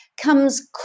comes